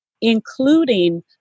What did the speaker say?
including